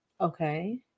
okay